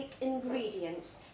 ingredients